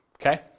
Okay